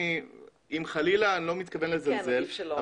אני לא מתכוון לזלזל,